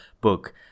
book